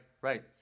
right